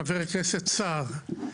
חבר הכנסת סער.